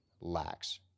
lacks